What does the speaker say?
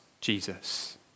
Jesus